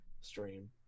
stream